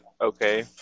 okay